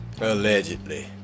Allegedly